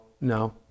no